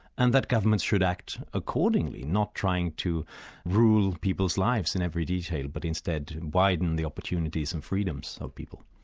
and that governments should act accordingly, not trying to rule people's lives in every detail, but instead widen the opportunities and freedoms of people.